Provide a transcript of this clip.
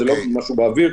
זה לא משהו באוויר.